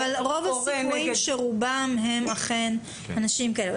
אבל רוב הסיכויים שרובם הם אכן אנשים כאלו.